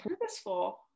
purposeful